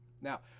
Now